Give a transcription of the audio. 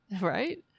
right